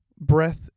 breath